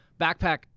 backpack